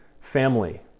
family